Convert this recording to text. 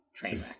Trainwreck